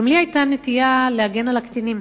גם לי היתה נטייה להגן על הקטינים,